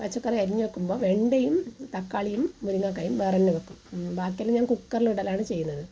പച്ചക്കറി അറിഞ്ഞ് വെക്കുമ്പോൾ വെണ്ടയും തക്കാളിയും മുരിങ്ങക്കായും വേറെ തന്നെ വെക്കും ബാക്കിയെല്ലാം ഞാൻ കുക്കറിലിടലാണ് ചെയ്യുന്നത്